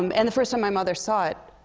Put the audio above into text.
um and the first time my mother saw it,